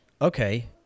okay